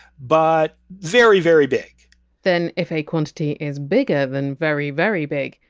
but very very big then, if a quantity is bigger than very very big,